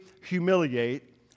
humiliate